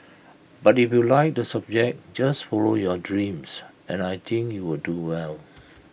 but if you like the subject just follow your dreams and I think you'll do well